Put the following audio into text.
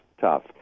tough